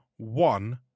One